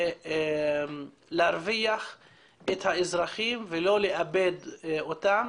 להרוויח את האזרחים ולא לאבד אותם?